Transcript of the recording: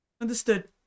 Understood